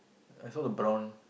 I saw the brown